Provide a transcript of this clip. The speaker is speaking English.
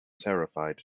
terrified